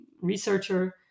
researcher